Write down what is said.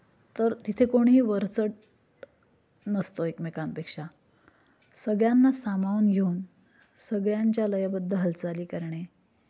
तर तिथे कोणीही वरचढ नसतो एकमेकांपेक्षा सगळ्यांना सामावून घेऊन सगळ्यांच्या लयबद्ध हालचाली करणे